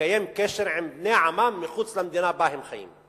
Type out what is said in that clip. לקיים קשר עם בני עמם מחוץ למדינה שבה הם חיים.